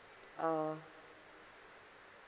um